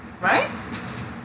Right